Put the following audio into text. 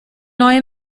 neue